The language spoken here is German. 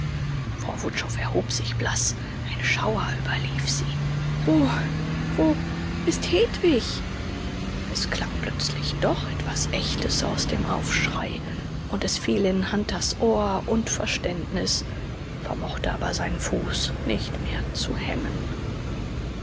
frau wutschow erhob sich blaß ein schauer überlief sie wo wo ist hedwig es klang plötzlich doch etwas echtes aus dem aufschrei und es fiel in hunters ohr und verständnis vermochte aber seinen fuß nicht mehr zu hemmen